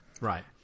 Right